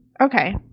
Okay